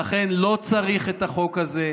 ואכן לא צריך את החוק הזה.